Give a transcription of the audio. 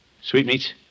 Sweetmeats